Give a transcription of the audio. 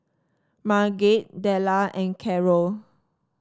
Marget Della and Karol